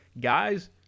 guys